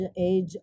age